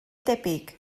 debyg